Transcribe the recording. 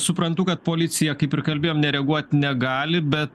suprantu kad policija kaip ir kalbėjom nereaguot negali bet